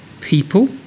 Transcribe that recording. people